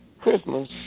Christmas